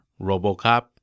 Robocop